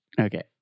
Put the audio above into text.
Okay